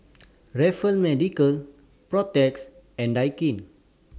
Raffles Medical Protex and Daikin